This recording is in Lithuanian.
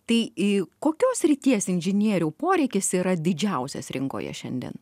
tai į kokios srities inžinierių poreikis yra didžiausias rinkoje šiandien